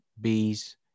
bees